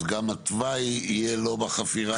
גם התוואי יהיה לא בחפירה תחת השכונה?